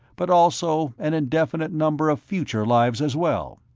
but also an indefinite number of future lives as well.